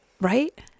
right